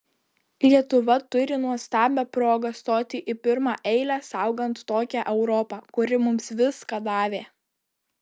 lietuva turi nuostabią progą stoti į pirmą eilę saugant tokią europą kuri mums viską davė